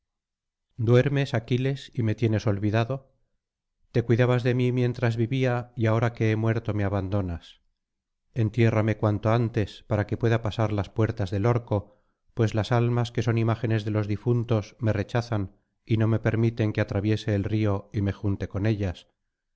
duermes aquiles y me tienes olvidado te cuidabas de mí mientras vivía y ahora que he muerto me abandonas entiérrame cuanto antes para que pueda pasar las puertas del orco pues las almas que son imágenes de los difuntos me rechazan y no me permiten que atraviese el río y me junte con ellas